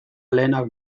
lehenak